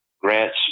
grants